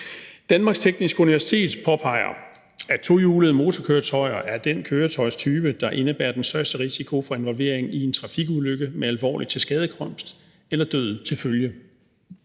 Danmarks Tekniske Universitet påpeger, at tohjulede motorkøretøjer er den køretøjstype, der indebærer den største risiko for involvering i en trafikulykke med alvorlig tilskadekomst eller med døden til følge.